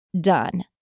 done